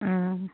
অঁ